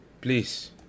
Please